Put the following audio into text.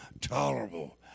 tolerable